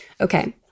Okay